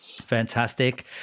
fantastic